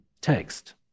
text